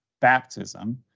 baptism